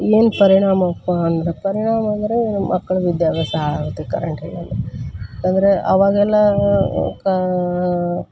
ಏನು ಪರಿಣಾಮಪ್ಪಾ ಅಂದರೆ ಪರಿಣಾಮ ಅಂದರೆ ಮಕ್ಕಳ ವಿದ್ಯಾಭ್ಯಾಸ ಹಾಳಾಗುತ್ತೆ ಕರೆಂಟಿಲ್ಲ ಅಂದರೆ ಅಂದರೆ ಅವಾಗೆಲ್ಲ ಕ